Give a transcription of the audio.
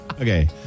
Okay